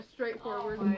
Straightforward